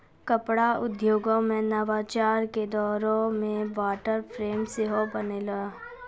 कपड़ा उद्योगो मे नवाचार के दौरो मे वाटर फ्रेम सेहो बनलै